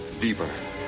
Deeper